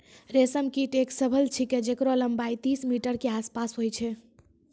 रेशम कीट एक सलभ छिकै जेकरो लम्बाई तीस मीटर के आसपास होय छै